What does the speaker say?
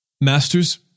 Masters